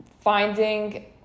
finding